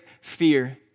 fear